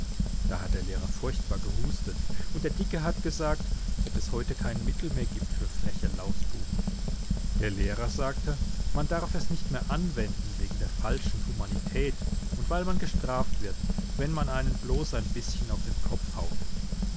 da hat der lehrer furchtbar gehustet und der dicke hat gesagt ob es heute kein mittel mehr gibt für freche lausbuben der lehrer sagte man darf es nicht mehr anwenden wegen der falschen humanität und weil man gestraft wird wenn man einen bloß ein bißchen auf den kopf haut